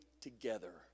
together